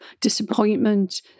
disappointment